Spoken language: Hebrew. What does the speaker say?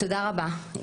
תודה רבה.